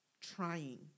trying